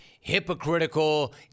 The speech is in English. hypocritical